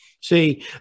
See